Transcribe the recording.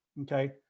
okay